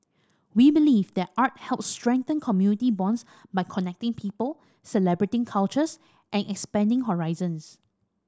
we believe that art helps strengthen community bonds by connecting people celebrating cultures and expanding horizons